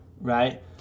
right